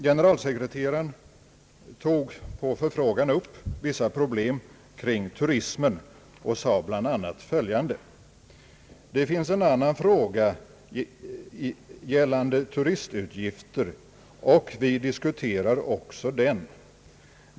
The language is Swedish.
Generalsekreteraren tog på förfrågan upp vissa problem kring turismen och sade bl.a. följande: »Det finns en annan fråga gällande turistutgifter och vi diskuterar också den.